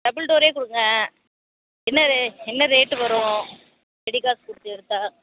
double டோரே கொடுங்க என்ன என்ன ரேட்டு வரும் ரெடி காசு கொடுத்து எடுத்தால்